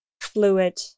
fluid